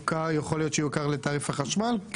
יכול להיות שיוכר לתעריף החשמל?